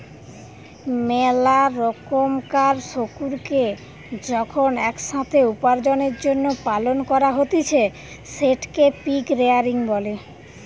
মেলা রোকমকার শুকুরকে যখন এক সাথে উপার্জনের জন্য পালন করা হতিছে সেটকে পিগ রেয়ারিং বলে